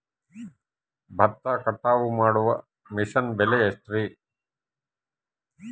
ಭತ್ತ ಕಟಾವು ಮಾಡುವ ಮಿಷನ್ ಬೆಲೆ ಎಷ್ಟು?